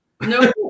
No